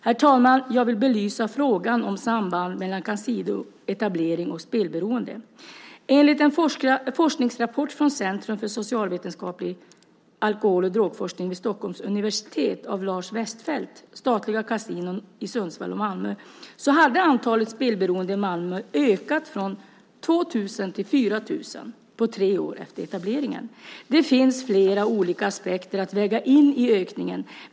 Herr talman! Jag vill belysa frågan om samband mellan kasinoetablering och spelberoende. Enligt en forskningsrapport från Centrum för socialvetenskaplig alkohol och drogforskning vid Stockholms universitet av Lars Westfelt, Statliga kasinon i Sundsvall och Malmö , ökade antalet spelberoende i Malmö från 2 000 till 4 000 på tre år efter etableringen. Det finns flera olika aspekter att väga in i ökningen.